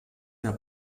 der